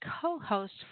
co-host